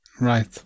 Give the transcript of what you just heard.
Right